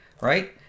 right